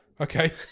okay